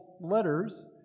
letters